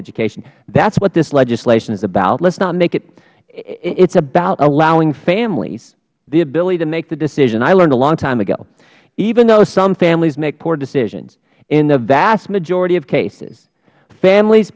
education that is what this legislation is about it is about allowing families the ability to make the decision i learned a long time ago even though some families make poor decisions in the vast majority of cases families